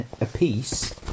apiece